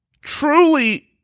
truly